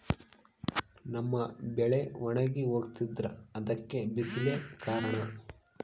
ನಮ್ಮ ಬೆಳೆ ಒಣಗಿ ಹೋಗ್ತಿದ್ರ ಅದ್ಕೆ ಬಿಸಿಲೆ ಕಾರಣನ?